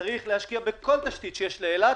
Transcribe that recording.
וצריך להשקיע בכל תשתית שיש לאילת